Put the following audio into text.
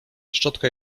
szczotka